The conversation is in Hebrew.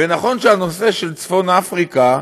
ונכון שהנושא של צפון אפריקה צועק,